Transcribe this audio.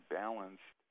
balanced